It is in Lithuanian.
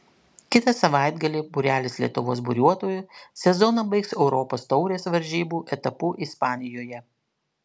kitą savaitgalį būrelis lietuvos buriuotojų sezoną baigs europos taurės varžybų etapu ispanijoje